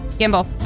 Gimbal